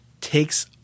takes